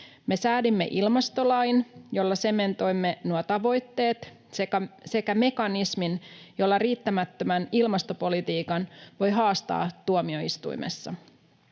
Me säädimme ilmastolain, jolla sementoimme nuo tavoitteet, sekä mekanismin, jolla riittämättömän ilmastopolitiikan voi haastaa tuomioistuimessa.